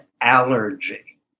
allergy